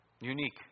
Unique